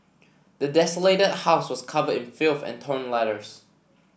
the desolated house was covered in filth and torn letters